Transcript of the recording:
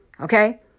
Okay